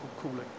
cooling